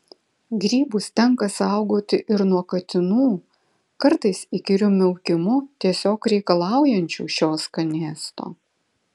grybus tenka saugoti ir nuo katinų kartais įkyriu miaukimu tiesiog reikalaujančių šio skanėsto